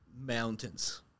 mountains